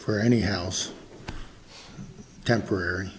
for any house temporary